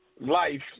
life